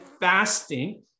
fasting